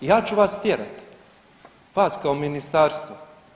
Ja ću vas tjerati, vas kao ministarstvo.